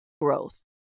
growth